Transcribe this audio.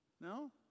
No